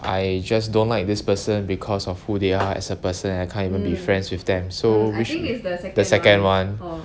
I just don't like this person because of who they are as a person I can't even be friends with them so we should the second one